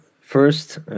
first